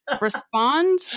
respond